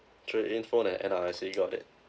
trade in phone and N_R_I_C got it